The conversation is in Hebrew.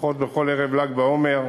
לפחות בכל ערב ל"ג בעומר,